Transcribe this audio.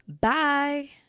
Bye